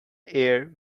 air